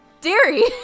Dairy